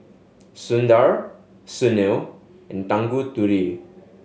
Sundar Sunil and Tanguturi